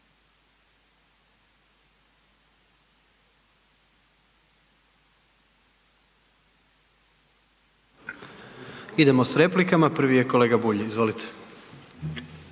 Idemo s replikama, prvi je kolega Bulj, izvolite.